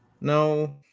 No